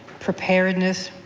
preparedness.